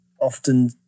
often